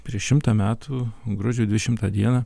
prieš šimtą metų gruodžio dvidešimtą dieną